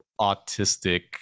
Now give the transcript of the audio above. autistic